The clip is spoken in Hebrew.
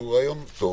שהוא רעיון טוב.